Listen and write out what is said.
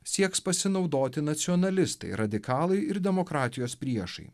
sieks pasinaudoti nacionalistai radikalai ir demokratijos priešai